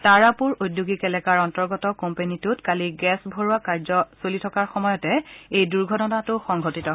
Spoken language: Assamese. তাৰপুৰ ঔদ্যোগিক এলেকাৰ অন্তৰ্গত কম্পেনীটোত কালি গেছ ভৰোৱা কাৰ্য্য চলি থকাৰ সময়তে এই দুৰ্ঘটনাটো সংঘটিত হয়